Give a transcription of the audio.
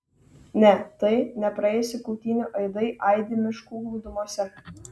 ne tai ne praėjusių kautynių aidai aidi miškų glūdumose